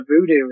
voodoo